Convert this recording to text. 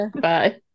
Bye